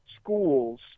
schools